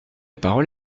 parole